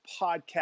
podcast